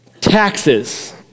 Taxes